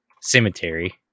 cemetery